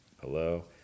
Hello